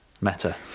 Meta